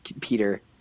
Peter